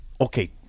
Okay